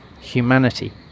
humanity